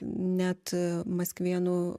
net maskvėnų